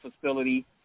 Facility